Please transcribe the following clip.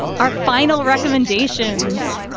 our final recommendations,